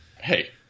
Hey